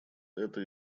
это